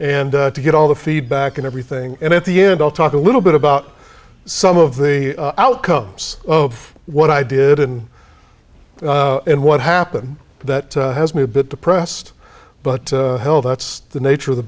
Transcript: and to get all the feedback and everything and at the end all talk a little bit about some of the outcomes of what i did and and what happened that has me a bit depressed but hell that's the nature of the